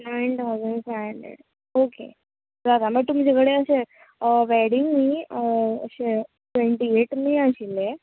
nine thousand five hundred okay जाता मागीर तुमचे कडेन अशें वेडींग न्ही अशें ट्वेन्टी एट मे आशिल्लें